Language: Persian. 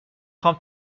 خوام